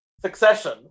Succession